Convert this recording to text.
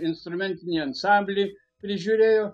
instrumentinį ansamblį prižiūrėjo